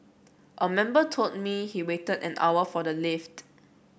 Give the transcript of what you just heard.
a member told me he waited an hour for the lift